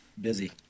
busy